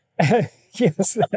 Yes